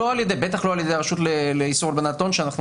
ובטח לא על ידי הרשות לאיסור הלבנת הון שאנחנו